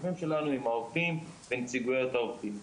העובדים ונציגויות העובדים.